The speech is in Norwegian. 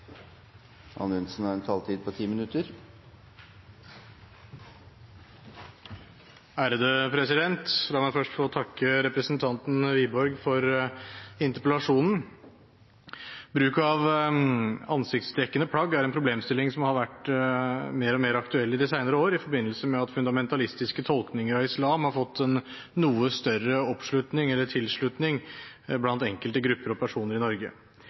La meg først få takke representanten Wiborg for interpellasjonen. Bruk av ansiktsdekkende plagg er en problemstilling som har vært mer og mer aktuell i de senere år i forbindelse med at fundamentalistiske tolkninger av islam har fått en noe større oppslutning eller tilslutning blant enkelte grupper og personer i Norge.